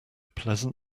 pleasant